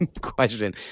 Question